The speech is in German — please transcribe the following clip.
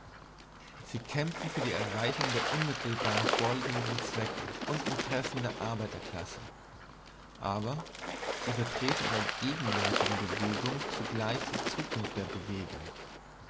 sie kämpfen für die erreichung der unmittelbar vorliegenden zwecke und interessen der arbeiterklasse aber sie vertreten in der gegenwärtigen bewegung zugleich die zukunft der bewegung